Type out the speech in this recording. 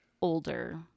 older